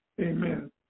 amen